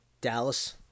Dallas